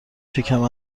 شکم